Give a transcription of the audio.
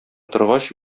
торгач